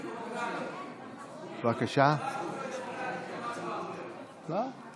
פעם אחר פעם אנחנו עולים לכאן,